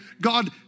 God